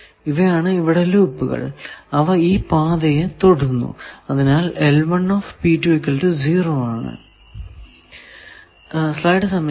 ഇവയാണ് ഇവിടെ ലൂപ്പുകൾ അവ ഈ പാതയെ തൊടുന്നു അതിനാൽ ആണ്